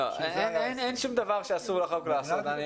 אין שם דבר שאסור לחוק לעשות.